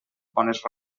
bones